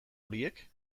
horiek